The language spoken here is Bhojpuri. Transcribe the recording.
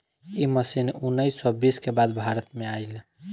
इ मशीन उन्नीस सौ बीस के बाद भारत में आईल